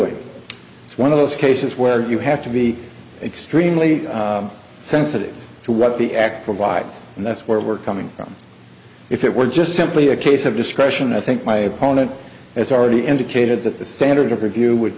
doing it's one of those cases where you have to be extremely sensitive to what the act provides and that's where we're coming from if it were just simply a case of discretion i think my opponent as already indicated that the standard of review would